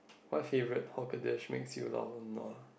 what favourite hawker dish makes you lao nua